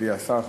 מכובדי השר,